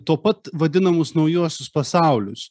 tuo pat vadinamus naujuosius pasaulius